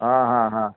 ಆಂ ಹಾಂ ಹಾಂ